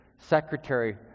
secretary